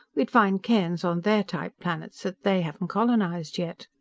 we'd find cairns on their-type planets that they haven't colonized yet.